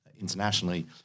internationally